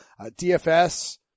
DFS